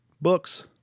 books